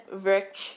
Rick